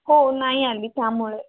हो नाही आली त्यामुळे